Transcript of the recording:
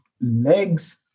legs